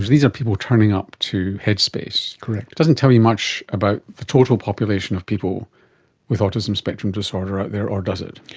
these are people turning up to headspace. it doesn't tell you much about the total population of people with autism spectrum disorder out there, or does it?